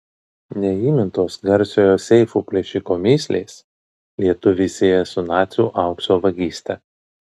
neįmintos garsiojo seifų plėšiko mįslės lietuvį sieja su nacių aukso vagyste